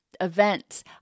events